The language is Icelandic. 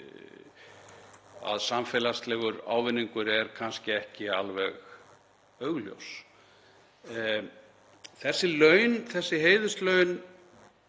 að samfélagslegur ávinningur er kannski ekki alveg augljós. Þessi heiðurslaun